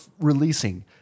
releasing